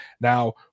Now